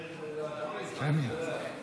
לך, דודי.